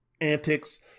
antics